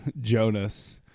Jonas